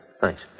thanks